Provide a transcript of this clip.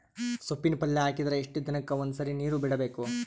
ಸೊಪ್ಪಿನ ಪಲ್ಯ ಹಾಕಿದರ ಎಷ್ಟು ದಿನಕ್ಕ ಒಂದ್ಸರಿ ನೀರು ಬಿಡಬೇಕು?